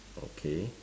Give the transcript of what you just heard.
okay